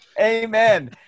Amen